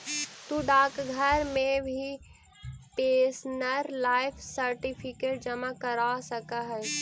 तु डाकघर में भी पेंशनर लाइफ सर्टिफिकेट जमा करा सकऽ हे